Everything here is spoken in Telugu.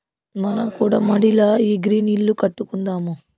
మనం కూడా మడిల ఈ గ్రీన్ ఇల్లు కట్టుకుందాము